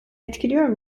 etkiliyor